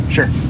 Sure